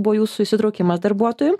buvo jūsų įsitraukimas darbuotojų